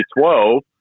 twelve